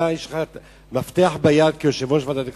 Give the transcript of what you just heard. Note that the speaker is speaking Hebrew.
ויש לך מפתח ביד כיושב-ראש ועדת הכספים.